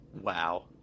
Wow